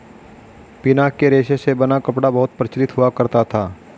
पिना के रेशे से बना कपड़ा बहुत प्रचलित हुआ करता था